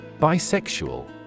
Bisexual